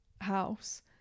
house